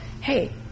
hey